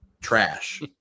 trash